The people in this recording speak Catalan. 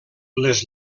les